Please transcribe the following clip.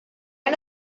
and